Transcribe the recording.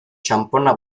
txanpona